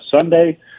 Sunday